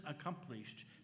accomplished